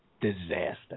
disaster